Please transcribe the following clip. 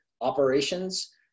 operations